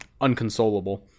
unconsolable